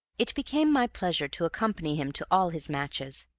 it became my pleasure to accompany him to all his matches,